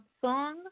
Song